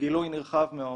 וגילוי נרחב מאוד.